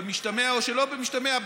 במשתמע או שלא במשתמע,